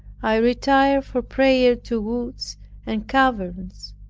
i retired for prayer to woods and caverns.